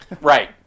right